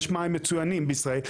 יש מים מצוינים בישראל.